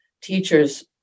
teacher's